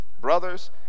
brothers